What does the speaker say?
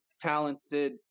talented